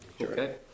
okay